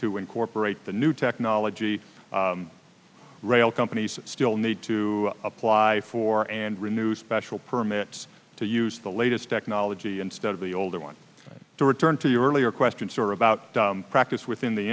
to incorporate the new technology rail companies still need to apply for and renew special permits to use the latest technology instead of the old one to return to your earlier question sir about practice within the